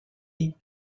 改名